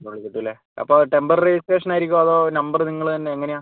മോളി കിട്ടും അല്ലേ അപ്പോൾ ടെമ്പററി രജിസ്ട്രേഷൻ ആയിരിക്കുവോ അതോ നമ്പർ നിങ്ങൾ തന്നെ എങ്ങനെയാണ്